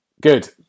good